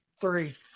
Three